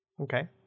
Okay